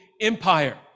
Empire